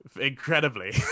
incredibly